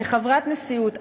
כחברת הנשיאות,